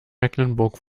mecklenburg